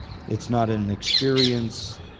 it's not in an experience,